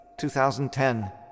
2010